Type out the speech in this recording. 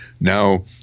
now